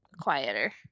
quieter